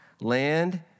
land